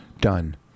Done